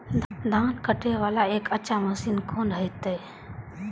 धान कटे वाला एक अच्छा मशीन कोन है ते?